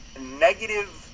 negative